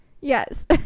yes